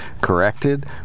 corrected